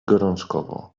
gorączkowo